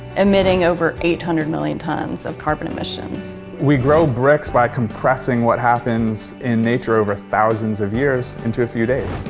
emitting over eight hundred million tonnes of carbon emissions. we grow bricks by compressing what happens in nature over thousands of years into a few days.